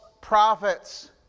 prophets